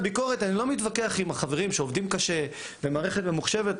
בביקורת אני לא מתווכח עם החברים שעובדים קשה במערכת ממוחשבת,